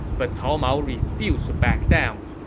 but cao mao refused to back down.